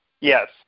yes